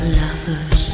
lovers